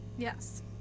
Yes